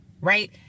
right